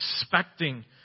expecting